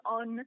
on